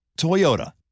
Toyota